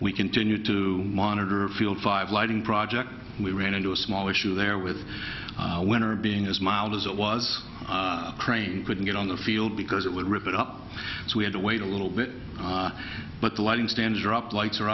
we continue to monitor a field five lighting project and we ran into a small issue there with winter being as mild as it was crane couldn't get on the field because it would rip it up so we had to wait a little bit but the lighting stands are up lights are